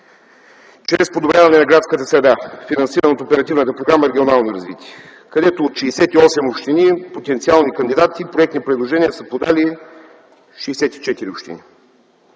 чрез подобряване на градската среда, финансирана от оперативната програма „Регионално развитие”. Там от 68 общини – потенциални кандидати, проектни предложения са подали 64 общини.